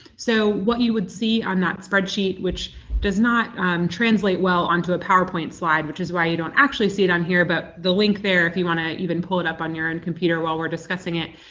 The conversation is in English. so what you would see on that spreadsheet, which does not translate well onto a powerpoint slide which is why you don't actually see it on here but the link there if you want to even pull it up on your own computer while we're discussing it